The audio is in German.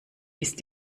ist